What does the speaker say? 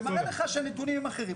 שמראה לך שהנתונים הם אחרים.